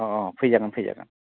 अ'अ' फैजागोन फैजागोन